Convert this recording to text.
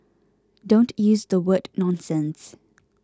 don't use the word nonsense